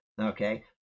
Okay